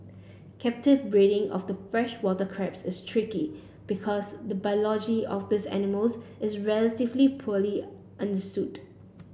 captive breeding of the freshwater crabs is tricky because the biology of these animals is relatively poorly understood